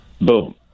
Boom